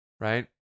right